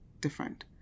different